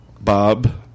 Bob